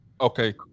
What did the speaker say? okay